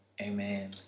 amen